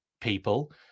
people